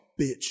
bitch